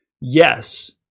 yes